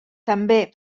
també